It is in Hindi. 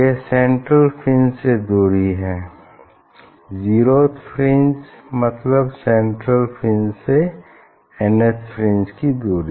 यह सेंट्रल फ्रिंज से दूरी है जीरोथ फ्रिंज मतलब सेंट्रल से एनथ फ्रिंज की दूरी